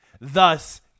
thus